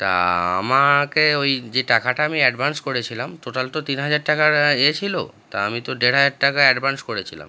তা আমাকে ওই যে টাকাটা আমি অ্যাডভ্যান্স করেছিলাম টোটাল তো তিন হাজার টাকার এ ছিলো তা আমি তো দের হাজার টাকা অ্যাডভান্স করেছিলাম